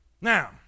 Now